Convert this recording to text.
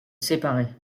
séparer